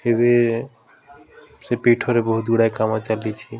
ଏବେ ସେ ପୀଠରେ ବହୁତ ଗୁଡ଼ାଏ କାମ ଚାଲିଛି